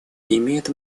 имеет